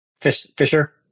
Fisher